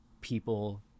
People